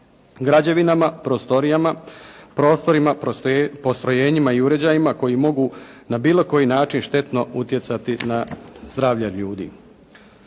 prostorijama, prostorima, postrojenjima i uređajima koji mogu na bilo koji način štetno utjecati na zdravlje ljudi.